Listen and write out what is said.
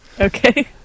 Okay